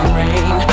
rain